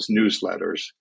newsletters